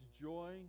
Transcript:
joy